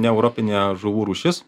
neeuropinė žuvų rūšis